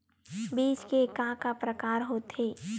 बीज के का का प्रकार होथे?